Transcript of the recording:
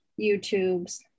YouTubes